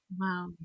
wow